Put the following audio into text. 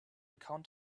count